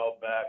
back